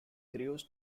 crews